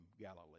Galilee